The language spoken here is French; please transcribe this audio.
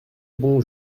bon